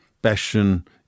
Passion